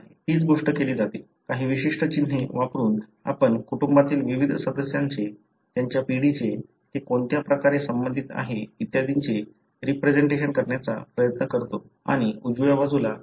तीच गोष्ट केली जाते काही विशिष्ट चिन्हे वापरून आपण कुटुंबातील विविध सदस्यांचे त्यांच्या पिढीचे ते कोणत्या प्रकारे संबंधित आहेत इत्यादींचे रिप्रेसेंटेशन करण्याचा प्रयत्न करतो आणि उजव्या बाजूला हेच दाखवले जाते